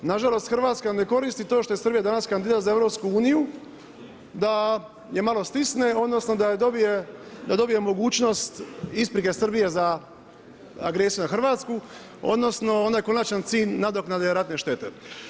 Nažalost, Hrvatska ne koristi to što je Srbija danas kandidat za EU, da je malo stisne, odnosno, da dobije mogućnost isprike Srbije za agresije nad Hrvatsku odnosno onaj konačan cilj nadoknade ratne štete.